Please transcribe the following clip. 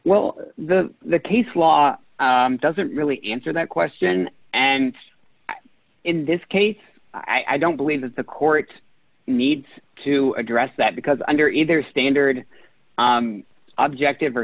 well the the case law doesn't really answer that question and in this case i don't believe that the court needs to address that because under either standard objective or